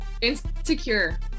insecure